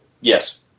Yes